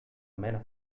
meno